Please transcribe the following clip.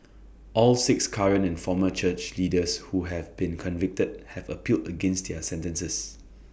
all six current and former church leaders who have been convicted have appealed against their sentences